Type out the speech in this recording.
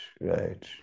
right